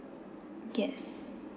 yes